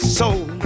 soul